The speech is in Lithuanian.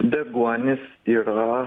deguonis yra